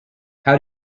how